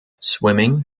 swimming